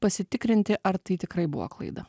pasitikrinti ar tai tikrai buvo klaida